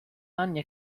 anni